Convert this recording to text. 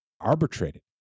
arbitrated